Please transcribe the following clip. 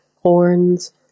horns